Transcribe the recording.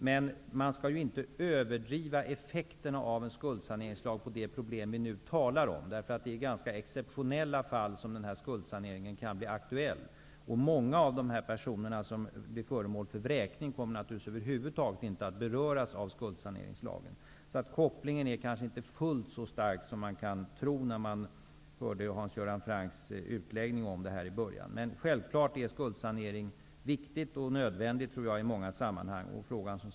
Men man skall inte överdriva effekterna av en skuldsaneringslag på de problem som vi nu talar om. Skuldsanering kan endast bli aktuell i exceptionella fall. Många av de personer som blir föremål för vräkning kommer över huvud taget inte att beröras av skuldsaneringslagen. Kopplingen är inte fullt så stark som man skulle kunna tro av Hans Görans Francks utläggning. Men självklart är skuldsanering i många sammanhang viktig och nödvändig.